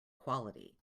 quality